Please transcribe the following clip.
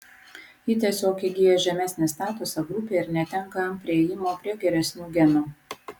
ji tiesiog įgyja žemesnį statusą grupėje ir netenka priėjimo prie geresnių genų